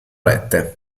rete